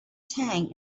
tang